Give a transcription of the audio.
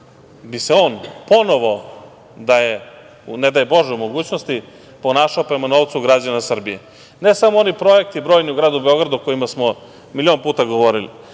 bi se on ponovo da je, ne daj Bože, da je u mogućnosti ponašao prema novcu građana Srbije. Ne samo oni brojni projekti u gradu Beogradu o kojima smo milion puta govorili.